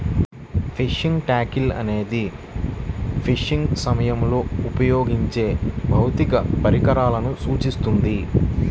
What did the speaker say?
fishing tackle అనేది fishing సమయంలో ఉపయోగించే భౌతిక పరికరాలను సూచిస్తుంది